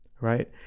right